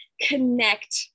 connect